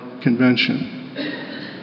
convention